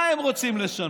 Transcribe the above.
מה הם רוצים לשנות?